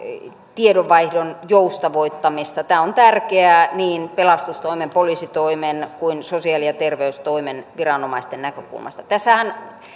tiedonvaihdon joustavoittamista tämä on tärkeää niin pelastustoimen poliisitoimen kuin sosiaali ja terveystoimen viranomaisten näkökulmasta tässähän